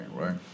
right